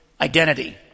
identity